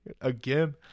again